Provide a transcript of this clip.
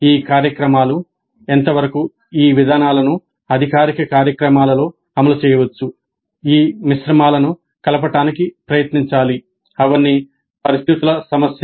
ఈ కార్యక్రమాలు ఎంతవరకు ఈ విధానాలను అధికారిక కార్యక్రమాలలో అమలు చేయవచ్చు ఈ మిశ్రమాలను కలపడానికి ప్రయత్నించాలి అవన్నీ పరిస్థితుల సమస్యలు